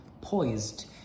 Poised